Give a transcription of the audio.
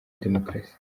demokarasi